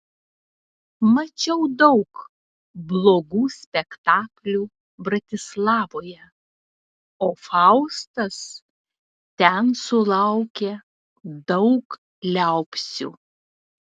mačiau daug blogų spektaklių bratislavoje o faustas ten sulaukė daug liaupsių